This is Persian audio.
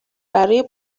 برای